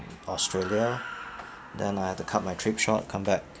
australia then I have to cut my trip short come back